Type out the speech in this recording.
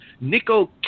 Nico